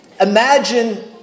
Imagine